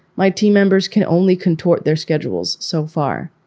my team members can only contort their schedules so far.